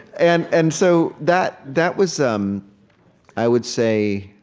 and and so that that was um i would say